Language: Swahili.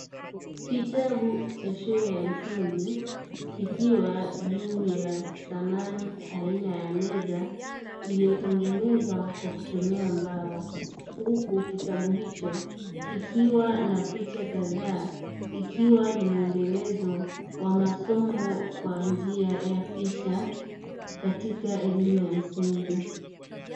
Kitabu cha shule ya msingi, kikiwa juu ya samani aina ya meza, iliyotengenezwa kwa kutumia mbao, huku kitabu hicho kikiwa na picha kadhaa, ikiwa ni muendelezo wa masomo kwa njia ya picha katika elimu ya msingi.